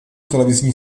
televizní